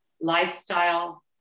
lifestyle